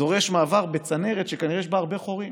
דורש מעבר בצנרת שכנראה יש בה הרבה חורים,